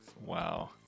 Wow